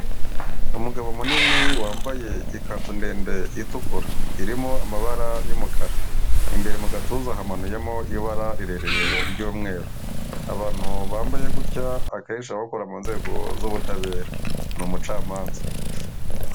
Umugabo munini wambaye ikanzu ndende itukura irimo amabara y'umukara imbere mu gatuza hamanuyemo ibara rirerire ry'umweru, abantu bambaye gutya akenshi baba bakora mu nzego z'ubutabera ni umucamanza.